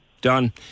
done